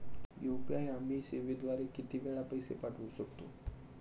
UPI आम्ही सेवेद्वारे किती वेळा पैसे पाठवू शकतो?